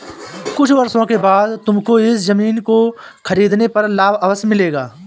कुछ वर्षों बाद तुमको इस ज़मीन को खरीदने पर लाभ अवश्य मिलेगा